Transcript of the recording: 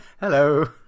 Hello